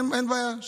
אין בעיה,